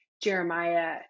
Jeremiah